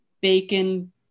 bacon